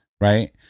right